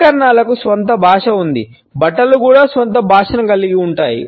ఉపకరణాలకు స్వంత భాష ఉంది బట్టలు కూడా స్వంత భాషను కలిగి ఉంటాయి